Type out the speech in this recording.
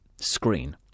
screen